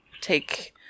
take